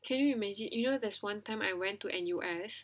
can you imagine you know this [one] time I went to N_U_S